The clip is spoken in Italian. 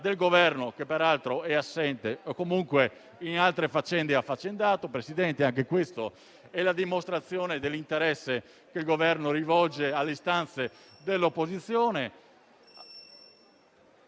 del Governo, che peraltro è assente o comunque in altre faccende affaccendato (anche questa è la dimostrazione dell'interesse che rivolge alle istanze dell'opposizione).